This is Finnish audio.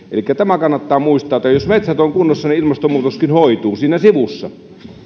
elikkä tämä kannattaa muistaa että jos metsät ovat kunnossa niin ilmastonmuutoskin hoituu siinä sivussa